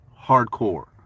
hardcore